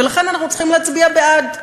ולכן אנחנו צריכים להצביע בעד.